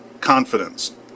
confidence